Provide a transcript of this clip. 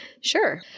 Sure